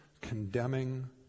condemning